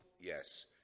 yes